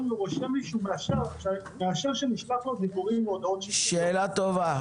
ורושם לי שהוא מאשר שנשלח לו --- והודעות --- שאלה טובה.